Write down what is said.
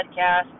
podcast